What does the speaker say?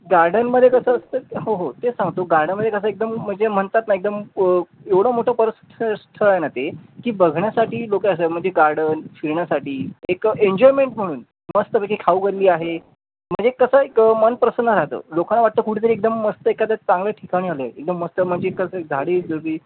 गार्डनमध्ये कसं असतं हो हो ते सांगतो गार्डनमध्ये कसं एकदम म्हणजे म्हणतात ना एकदम एवढं मोठं पर स्थ स्थळ आहे ना ते की बघण्यासाठी लोकं असं म्हणजे गार्डन फिरण्यासाठी एक एन्जॉयमेंट म्हणून मस्तपैकी खाऊगल्ली आहे म्हणजे कसं एक मन प्रसन्न राहतं लोकांना वाटतं कुठेतरी एकदम मस्त एखादं चांगलं ठिकाणी आलो आहे एकदम मस्त म्हणजे कसं झाडीजुडी